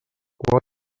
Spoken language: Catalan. qual